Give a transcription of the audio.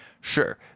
Sure